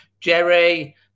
Jerry